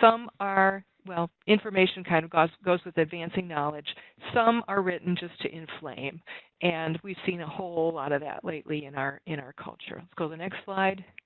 some are well, information kind of goes goes with advancing knowledge some are written just to inflame and we've seen a whole lot of that lately in our in our culture. let's go to the next slide.